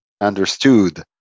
understood